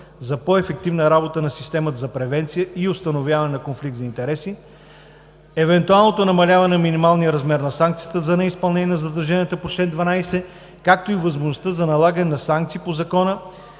за по-ефективна работа на системата за превенция и установяване на конфликт на интереси, евентуалното намаляване на минималния размер на санкцията за неизпълнение на задълженията по чл. 12, както и възможност за налагане на санкции по закона